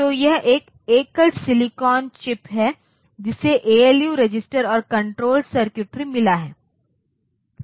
तो यह एक एकल सिलिकॉन चिपChip है जिसे एएलयू रजिस्टर और कण्ट्रोल सर्किटरी मिला है